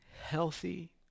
healthy